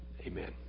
amen